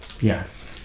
Yes